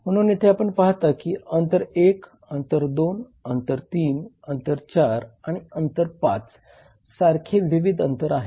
म्हणून येथे आपण पाहता की अंतर 1 अंतर 2 अंतर 3 अंतर 4 आणि अंतर 5 सारखे विविध अंतर आहेत